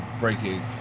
breaking